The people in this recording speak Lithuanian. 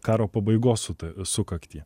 karo pabaigos sukaktį